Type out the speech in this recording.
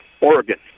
Oregon